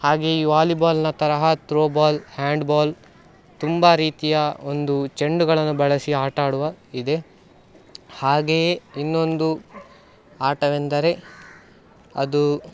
ಹಾಗೆಯೇ ಈ ವಾಲಿಬಾಲ್ನ ತರಹ ತ್ರೋಬಾಲ್ ಹ್ಯಾಂಡ್ಬಾಲ್ ತುಂಬ ರೀತಿಯ ಒಂದು ಚೆಂಡುಗಳನ್ನು ಬಳಸಿ ಆಟ ಆಡುವ ಇದೆ ಹಾಗೆಯೇ ಇನ್ನೊಂದು ಆಟವೆಂದರೆ ಅದು